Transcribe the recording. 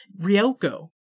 ryoko